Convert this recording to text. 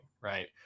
Right